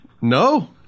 No